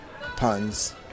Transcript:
puns